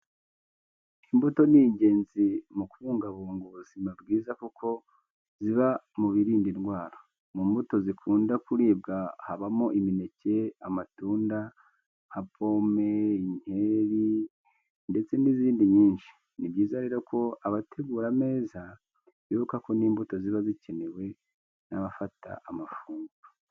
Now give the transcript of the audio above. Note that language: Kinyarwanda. Imbuto ni ingenzi mu kubungabunga ubuzima bwiza kuko ziba mu birinda indwara. Mu mbuto zikunda kuribwa habamo imineke, amatunda nka pome, inkeri ndetse n'izindi nyinshi. Ni byiza rero ko abategura ameza bibuka ko n'imbuto ziba zikenewe n'abafata amafunguro.